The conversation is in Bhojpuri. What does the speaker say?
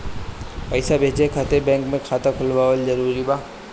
पईसा भेजे खातिर बैंक मे खाता खुलवाअल जरूरी बा?